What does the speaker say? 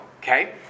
Okay